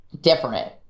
different